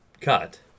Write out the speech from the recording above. cut